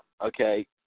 Okay